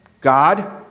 God